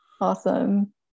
awesome